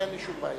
אין שום בעיה.